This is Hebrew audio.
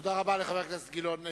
תודה רבה לחבר הכנסת גילאון.